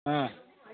ꯎꯝ